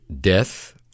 death